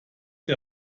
der